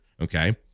Okay